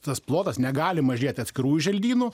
tas plotas negali mažėti atskirųjų želdynų